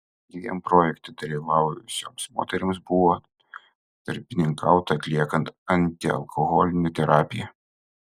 dviem projekte dalyvavusioms moterims buvo tarpininkauta atliekant antialkoholinę terapiją